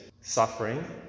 suffering